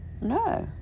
no